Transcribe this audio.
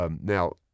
now